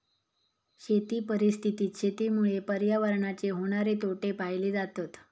शेती परिस्थितीत शेतीमुळे पर्यावरणाचे होणारे तोटे पाहिले जातत